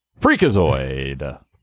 Freakazoid